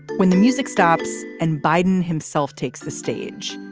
when the music stops and biden himself takes the stage,